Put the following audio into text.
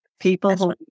People